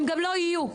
הם גם לא יהיו,